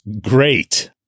great